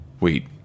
Wait